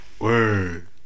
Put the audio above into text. Word